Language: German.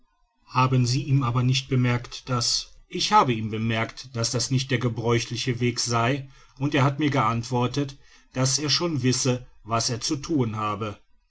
haben sie ihm aber nicht bemerkt daß ich habe ihm bemerkt daß das nicht der gebräuchliche weg sei und er hat mir geantwortet daß er schon wisse was er zu thun habe